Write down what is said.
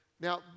Now